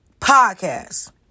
podcast